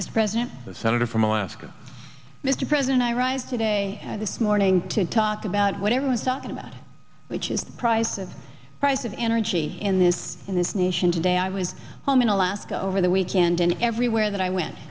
this president the senator from alaska mr president i rise today this morning to talk about whatever was talking about which is the price of price of energy in this in this nation today i was home in alaska over the weekend and everywhere that i went